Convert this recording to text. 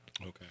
Okay